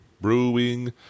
Brewing